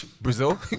Brazil